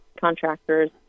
contractors